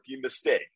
mistake